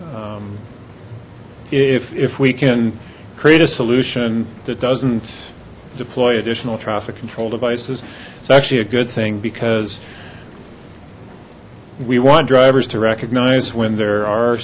if if we can create a solution that doesn't deploy additional traffic control devices it's actually a good thing because we want drivers to recognize when there are